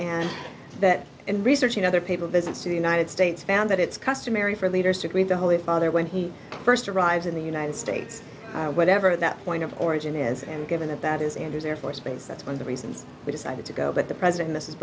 and that in research and other papal visit to the united states found that it's customary for leaders to greet the holy father when he first arrives in the united states whatever that point of origin is and given that that is andrews air force base that's when the reasons we decided to go but the president mrs